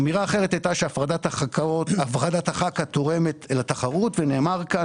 אמירה אחרת הייתה שההפרדה תורמת לתחרות ונאמרה כאן